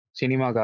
cinema